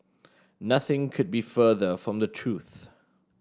nothing could be further from the truth